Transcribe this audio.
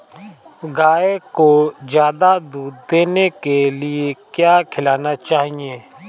गाय को ज्यादा दूध देने के लिए क्या खिलाना चाहिए?